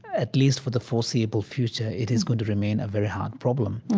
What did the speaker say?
at least for the foreseeable future, it is going to remain a very hard problem.